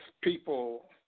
people